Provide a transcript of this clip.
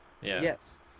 Yes